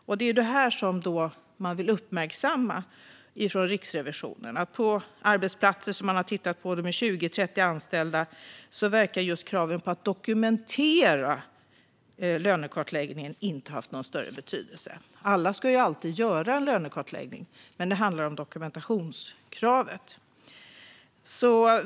Från Riksrevisionen vill man uppmärksamma på att på arbetsplatser med 20-30 anställda, som man har tittat på, verkar just kravet på att dokumentera lönekartläggningen inte ha haft någon större betydelse. Alla ska ju alltid göra en lönekartläggning, men det handlar om dokumentationskravet.